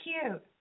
cute